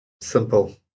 Simple